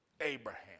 Abraham